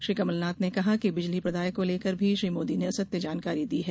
श्री कमलनाथ ने कहा कि बिजली प्रदाय को लेकर भी श्री मोदी ने असत्य जानकारी दी है